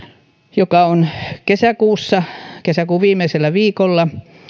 joka on kesäkuun viimeisellä viikolla